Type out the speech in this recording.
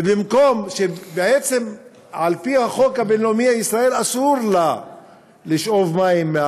ובמקום שבעצם על-פי החוק הבין-לאומי לישראל אסור לשאוב מים,